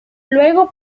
luego